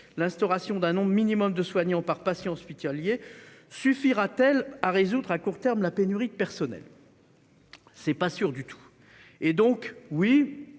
L'instauration d'un nombre minimum de soignants par patient hospitalisé suffira-t-elle à résoudre à court terme la pénurie de personnel ? Je n'en suis pas sûr du tout. J'en